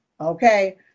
okay